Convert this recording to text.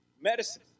Medicine